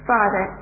Father